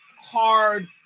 hard